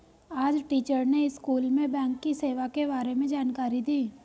आज टीचर ने स्कूल में बैंक की सेवा के बारे में जानकारी दी